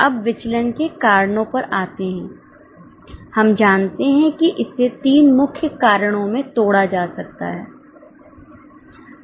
अब विचलन के कारणों पर आते हैं हम जानते हैं कि इसे 3 मुख्य कारणों में तोड़ा जा सकता है